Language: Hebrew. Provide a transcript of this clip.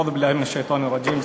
אעוד' באללה מן א-שיטאן א-רג'ים.